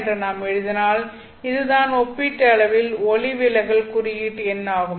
என்று நாம் எழுதினால் இதுதான் ஒப்பீட்டளவில் ஒளிவிலகல் குறியீட்டு என் ஆகும்